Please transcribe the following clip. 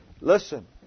Listen